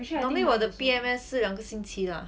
normally 我的 P_M_S 是两个星期 ah